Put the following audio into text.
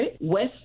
West